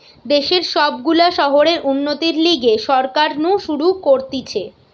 দেশের সব গুলা শহরের উন্নতির লিগে সরকার নু শুরু করতিছে